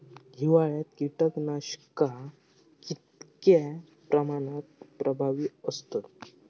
हिवाळ्यात कीटकनाशका कीतक्या प्रमाणात प्रभावी असतत?